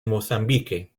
mozambique